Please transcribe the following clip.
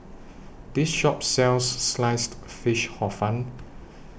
This Shop sells Sliced Fish Hor Fun